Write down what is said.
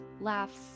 laughs